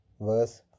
verse